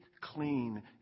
clean